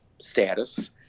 status